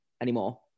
anymore